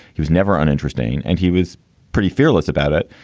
he was never uninteresting and he was pretty fearless about it.